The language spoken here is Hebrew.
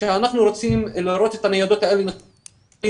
אנחנו נהיה בקשר,